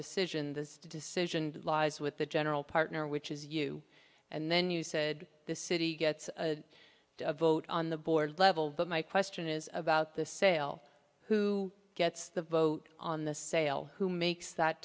decision this decision lies with the general partner which is you and then you said the city gets to vote on the board level but my question is about the sale who gets the vote on the sale who makes that